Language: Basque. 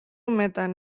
umetan